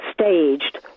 staged